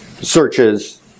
searches